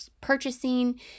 purchasing